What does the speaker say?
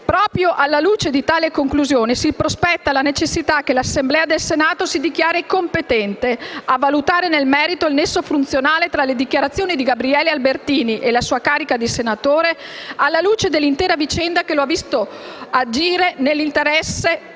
proprio alla luce di tali conclusioni, si prospetta la necessità che l'Assemblea del Senato si dichiari competente a valutare nel merito il nesso funzionale tra le dichiarazioni di Gabriele Albertini e la sua carica di senatore, alla luce dell'intera vicenda che lo ha visto opporsi all'agire del